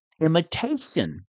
imitation